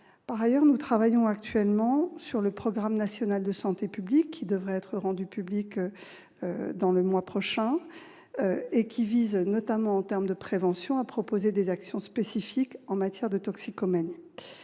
Par ailleurs, nous travaillons actuellement sur le programme national de santé publique, qui devrait être dévoilé le mois prochain et qui vise, notamment en termes de prévention, à proposer des actions spécifiques en matière de toxicomanie.